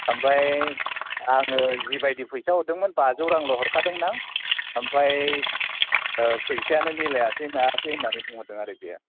ओमफ्राय आङो जिबायदि फैसा हरदोंमोन बाजौ रांल' हरखादोंमोन आं ओमफ्राय फैसायानो मिलायासै मायासै होननानै बुंहरदों आरो बियो